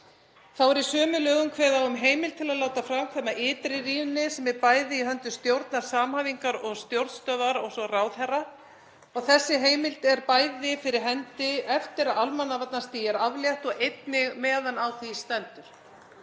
Þá er í sömu lögum kveðið á um heimild til að láta framkvæma ytri rýni sem er bæði í höndum stjórnar samhæfingar og stjórnstöðvar og svo ráðherra og þessi heimild er bæði fyrir hendi eftir að almannavarnastigi er aflétt og einnig meðan á því stendur.